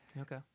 Okay